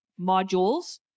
modules